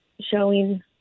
showing